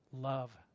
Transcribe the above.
Love